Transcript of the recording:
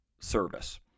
service